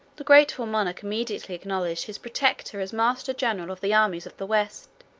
the grateful monarch immediately acknowledged his protector as master-general of the armies of the west